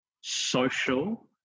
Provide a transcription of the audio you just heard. social